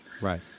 Right